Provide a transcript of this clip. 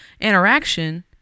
interaction